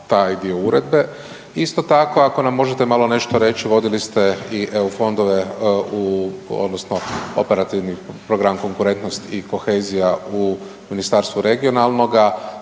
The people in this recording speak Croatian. Isto tako ako nam možete malo nešto reći, vodili ste i eu fondove odnosno Operativni program konkurentnost i kohezija u Ministarstvu regionalnoga,